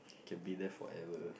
can be there forever